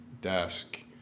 desk